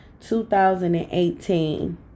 2018